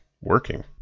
working